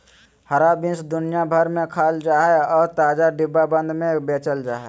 हरा बीन्स दुनिया भर में खाल जा हइ और ताजा, डिब्बाबंद में बेचल जा हइ